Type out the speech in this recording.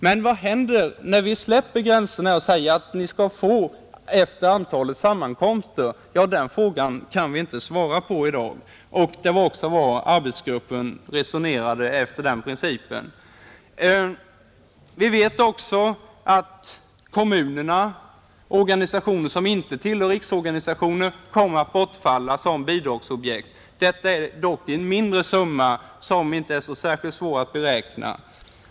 Men vad händer när vi slopar gränserna och säger att organisationerna skall få bidrag efter antalet sammankomster? Den frågan kan vi inte svara på. Detta bidrar till att förstärka ovissheten. Vi vet också att kommunerna och organisationer som inte tillhör riksorganisationer kommer att bortfalla som bidragsobjekt. Det gäller dock en mindre summa, som inte är så svår att beräkna.